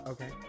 Okay